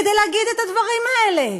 כדי להגיד את הדברים האלה?